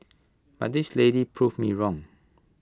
but this lady proved me wrong